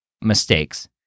mistakes